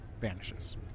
vanishes